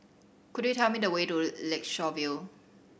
could you tell me the way to Lakeshore View